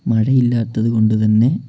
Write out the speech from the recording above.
മഴ ഇല്ലാത്തത് കൊണ്ട് തന്നേ